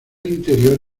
interior